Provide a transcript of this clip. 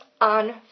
on